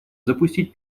запустить